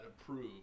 approved